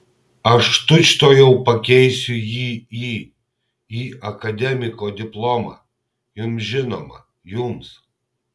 aš tučtuojau pakeisiu jį į į akademiko diplomą jums žinoma jums